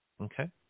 Okay